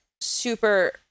super